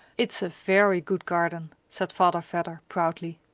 it's a very good garden, said father vedder, proudly.